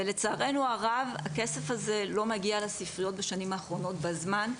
ולצערנו הרב הכסף הזה לא מגיע לספריות בשנים האחרונות בזמן.